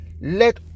let